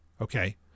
Okay